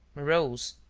morose,